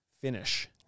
finish